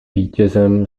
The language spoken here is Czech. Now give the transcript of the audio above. vítězem